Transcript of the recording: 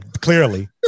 clearly